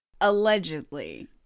Allegedly